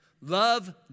love